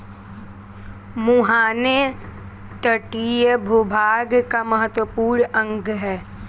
मुहाने तटीय भूभाग का महत्वपूर्ण अंग है